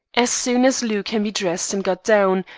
as soon as lou can be dressed and got down,